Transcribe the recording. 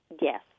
Yes